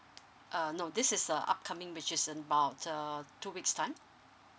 err no this is a upcoming which is about err two weeks time